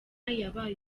yabaye